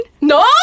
No